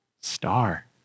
Star